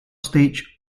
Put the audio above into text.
stage